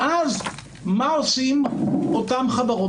ואז מה עושות אותן חברות?